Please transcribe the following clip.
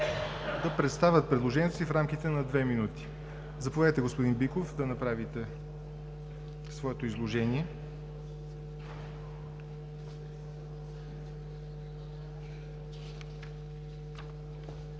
да представят предложенията си в рамките на две минути. Заповядайте, господин Биков, да направите своето изложение.